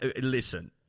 Listen